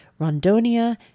Rondonia